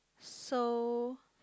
so